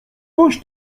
coś